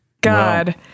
God